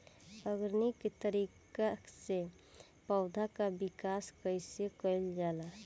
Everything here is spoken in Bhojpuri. ऑर्गेनिक तरीका से पौधा क विकास कइसे कईल जाला?